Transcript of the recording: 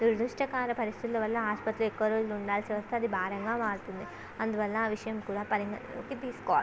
దురదృష్టకర పరిస్థితుల వల్ల ఆసుపత్రిలో ఎక్కువ రోజులు ఉండాల్సి వస్తే అది భారంగా మారుతుంది అందువల్ల ఆ విషయం కూడా పరిగణలోకి తీసుకోవాలి